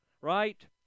right